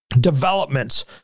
developments